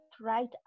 right